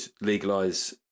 legalize